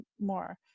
more